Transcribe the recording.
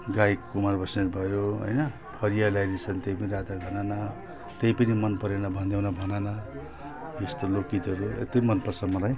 गायक कुमार बस्नेत भयो होइन फरिया ल्याइदिएका छन् त्यही पनि राता घनन त्यही पनि मन परेन भनिदेऊ न भनन त्यस्तो लोकगीतहरू यति मन पर्छ मलाई